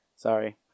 Sorry